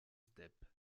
steppes